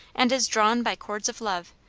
and is drawn by cords of love,